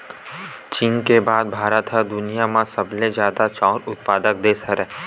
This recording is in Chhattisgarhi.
चीन के बाद भारत ह दुनिया म सबले जादा चाँउर उत्पादक देस हरय